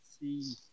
see